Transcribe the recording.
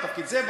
בעל תפקיד זה,